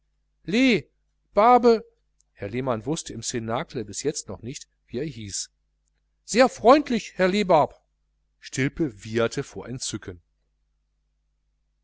barbe herr lehmann wußte im cnacle bis jetzt noch nicht wie er hieß sehr freundlich herr lehbarb stilpe wieherte vor entzücken